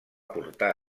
portar